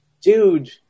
dude